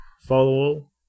follow